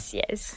yes